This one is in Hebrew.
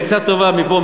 עצה טובה מפה,